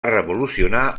revolucionar